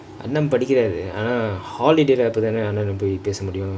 அண்ணா படிக்கிறாரு ஆனா:anna padikiraaru aanaa holiday போய் அண்ணணோட பேச முடியும்:poi epdi annanoda pesa mudiyum